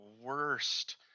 worst